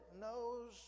knows